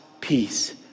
peace